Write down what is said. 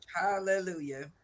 hallelujah